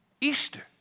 Easter